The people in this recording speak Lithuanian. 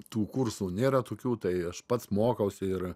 tų kursų nėra tokių tai aš pats mokausi ir